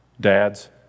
Dads